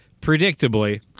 predictably